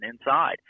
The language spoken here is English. inside